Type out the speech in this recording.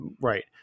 right